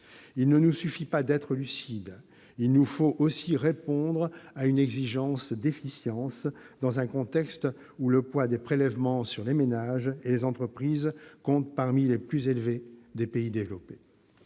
Il ne nous suffit pas d'être lucides, il nous faut aussi répondre à une exigence d'efficience, dans un contexte où le poids des prélèvements sur les ménages et les entreprises compte parmi les plus élevés des pays développés.